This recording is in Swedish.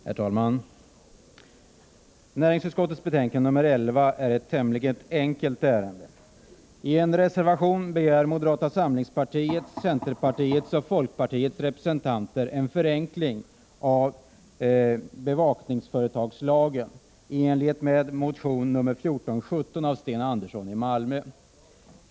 Herr talman! I näringsutskottets betänkande nr 11 behandlas ett tämligen enkelt ärende. I reservationen till betänkandet begär moderata samlingspartiets, centerpartiets och folkpartiets representanter en förenkling av bevakningsföretagslagen i enlighet med motion nr 1417 av Sten Andersson i Malmö.